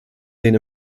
den